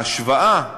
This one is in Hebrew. ההשוואה,